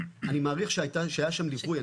אני מעריך שהיה שם ליקוי.